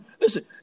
Listen